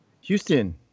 Houston